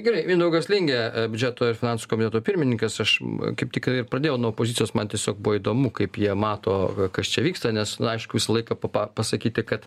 gerai mindaugas lingė biudžeto ir finansų komiteto pirmininkas aš kaip tik ir pradėjau nuo opozicijos man tiesiog buvo įdomu kaip jie mato kas čia vyksta nes na aišku visą laiką papa pasakyti kad